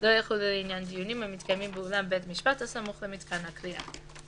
לא יחולו לעניין דיונים המתקיימים באולם בית משפט הסמוך למיתקן הכליאה.